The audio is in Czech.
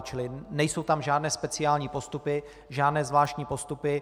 Čili nejsou tam žádné speciální postupy, žádné zvláštní postupy.